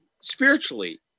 spiritually